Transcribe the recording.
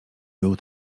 był